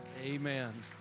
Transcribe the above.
Amen